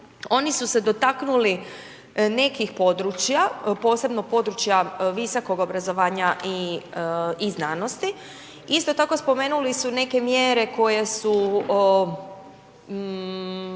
oni su se dotaknuli nekih područja, posebno područja visokog obrazovanja i znanosti. Isto tako, spomenuli su neke mjere koje su